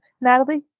Natalie